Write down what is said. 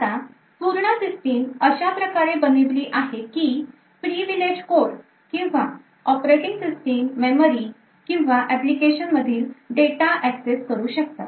आता पूर्ण सिस्टीम अशाप्रकारे बनविली आहे की previleged code किंवा operating system memory किंवा एप्लीकेशन मधील data access करू शकतात